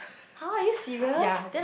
!huh! are you serious